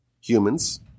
humans